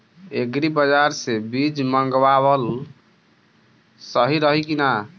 Agri बाज़ार से बीज मंगावल सही रही की ना?